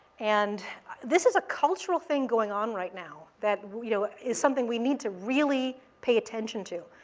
and this is a cultural thing going on right now that you know is something we need to really pay attention to.